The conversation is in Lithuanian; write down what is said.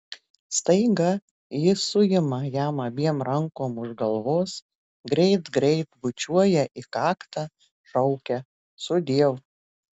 staiga ji suima jam abiem rankom už galvos greit greit bučiuoja į kaktą šaukia sudiev